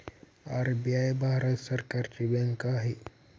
RBI Bharat सरकारची bank आहे